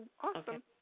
awesome